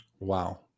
Wow